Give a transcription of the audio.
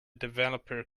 developer